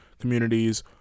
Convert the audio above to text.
communities